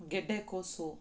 ಗಡ್ಡೆಕೋಸು